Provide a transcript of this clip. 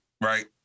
right